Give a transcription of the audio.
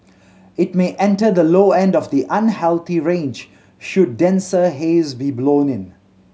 it may enter the low end of the unhealthy range should denser haze be blown in